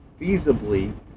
feasibly